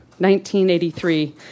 1983